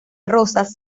rozas